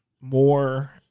more